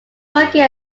working